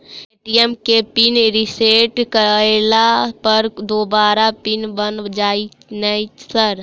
ATM केँ PIN reset करला पर दोबारा पिन बन जाइत नै सर?